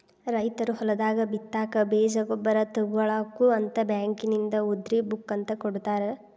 ರೈತರು ಹೊಲದಾಗ ಬಿತ್ತಾಕ ಬೇಜ ಗೊಬ್ಬರ ತುಗೋಳಾಕ ಅಂತ ಬ್ಯಾಂಕಿನಿಂದ ಉದ್ರಿ ಬುಕ್ ಅಂತ ಕೊಡತಾರ